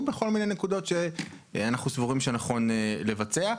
בכל מיני נקודות שאנחנו סבורים שנכון לבצע.